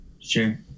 Sure